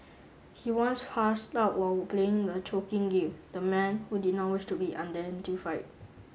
he once passed out while playing the choking game the man who did not wish to be identified